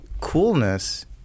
Coolness